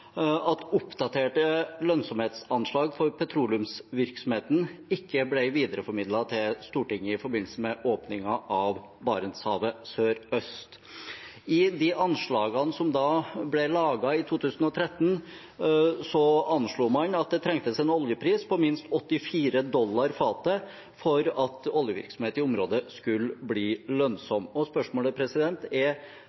at oppdaterte lønnsomhetsanslag for petroleumsvirksomheten ikke ble videreformidlet til Stortinget i forbindelse med åpningen av Barentshavet sørøst. I de anslagene som ble laget i 2013, anslo man at det trengtes en oljepris på minst 84 dollar per fat for at oljevirksomhet i området skulle bli